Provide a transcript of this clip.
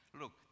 look